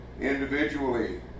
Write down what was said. individually